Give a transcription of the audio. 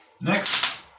Next